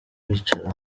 wicara